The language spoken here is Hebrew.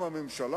ומה החיפזון.